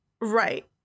Right